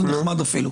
זה נחמד אפילו.